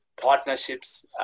partnerships